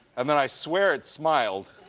and then i swear it smiled.